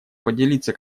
поделиться